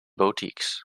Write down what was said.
boutiques